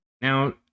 Now